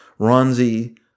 Ronzi